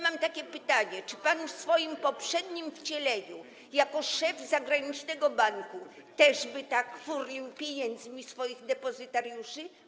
Mam takie pytanie: Czy pan w swoim poprzednim wcieleniu, jako szef zagranicznego banku, też by tak... pieniędzmi swoich depozytariuszy?